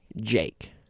Jake